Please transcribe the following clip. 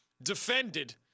Defended